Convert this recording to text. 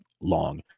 long